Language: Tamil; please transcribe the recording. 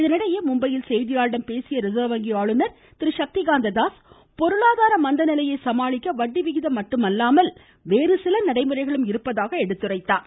இதனிடையே மும்பையில் செய்தியாளர்களிடம் பேசிய ரிசர்வ் வங்கி ஆளுநர் திரு சக்திகாந்த தாஸ் பொருளாதார மந்த நிலையை சமாளிக்க வட்டி விகிதம் மட்டுமல்லாமல் வேறுசில நடைமுறைகளும் இருப்பதாக எடுத்துரைத்தார்